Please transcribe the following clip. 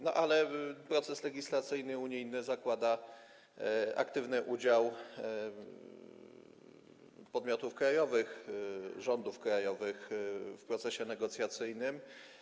No, ale unijny proces legislacyjny zakłada aktywny udział podmiotów krajowych, rządów krajowych w procesie negocjacyjnym.